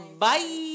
Bye